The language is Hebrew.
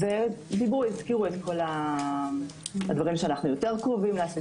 ודיברו והזכירו את כל הדברים שאנחנו יותר קרובים להשגת יעדים.